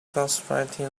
ghostwriting